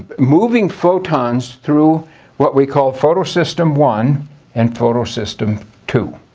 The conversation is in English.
moving photons through what we call photosystem one and photosystem two.